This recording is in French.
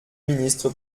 ministre